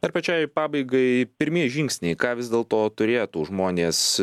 ar pačiai pabaigai pirmieji žingsniai ką vis dėlto turėtų žmonės